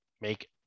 make